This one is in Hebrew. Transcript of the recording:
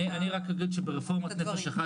אני רק אגיד שברפורמת נפש אחת,